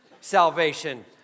salvation